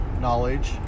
knowledge